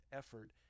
effort